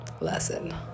lesson